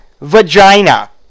vagina